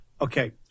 Okay